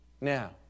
Now